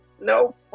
No